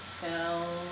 Hell